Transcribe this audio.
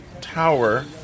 tower